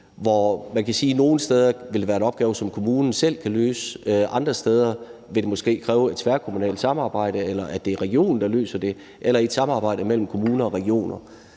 Her kan man sige, at det nogle steder vil være en opgave, som kommunen selv kan løse; andre steder vil det måske kræve et tværkommunalt samarbejde, eller at det er regionen, der løser det, eller at det sker i et samarbejde mellem kommuner og regioner.